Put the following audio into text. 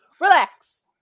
Relax